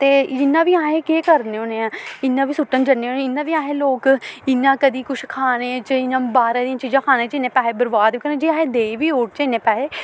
ते इ'यां बी अस केह् करने होन्ने आं इ'यां बी सुट्टन जन्ने होन्ने इ'यां बी अस लोक इ'यां कदी कुछ खाने च इ'यां बाह्रा दियां चीज़ां खाने च इन्ने पैहे बरबाद जे अस देई बी ओड़चै इन्ने पैहे